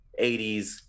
80s